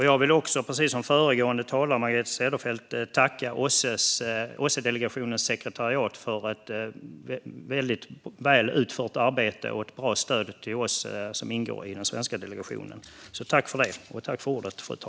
Jag vill också, precis som föregående talare Margareta Cederfelt, tacka OSSE-delegationens sekretariat för ett väldigt väl utfört arbete och ett bra stöd till oss som ingår i den svenska delegationen. Tack för det!